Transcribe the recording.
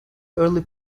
early